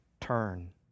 turn